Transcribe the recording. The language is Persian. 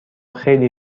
خیلی